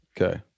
Okay